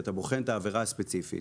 כשאתה בוחן את העבירה הספציפית,